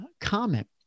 comment